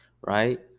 Right